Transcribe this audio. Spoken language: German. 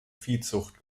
viehzucht